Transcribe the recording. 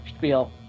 feel